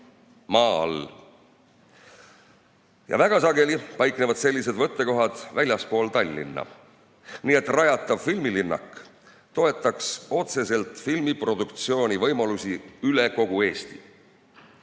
all. Ja väga sageli paiknevad sellised võttekohad väljaspool Tallinna. Nii et rajatav filmilinnak toetaks otseselt filmiproduktsiooni võimalusi üle kogu Eesti.